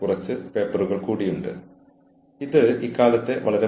നിങ്ങൾക്ക് ജീവനക്കാരെ എങ്ങനെ സഹായിക്കാനാകും